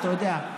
אתה יודע.